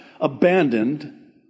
abandoned